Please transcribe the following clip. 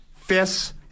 fists